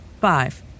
Five